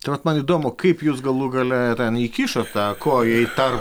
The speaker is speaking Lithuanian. tai vat man įdomu kaip jūs galų gale ten įkišot tą koją į tar